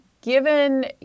given